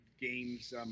games